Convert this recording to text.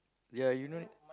ya you know